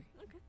Okay